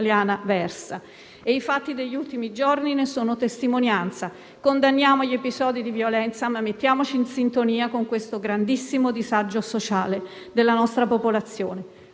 versa e i fatti degli ultimi giorni ne sono testimonianza. Condanniamo gli episodi di violenza, ma mettiamoci in sintonia con il grandissimo disagio sociale della nostra popolazione.